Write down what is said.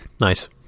Nice